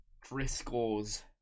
driscoll's